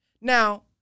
Now